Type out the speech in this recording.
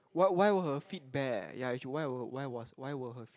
why why were her feet bare ya why was why were her feet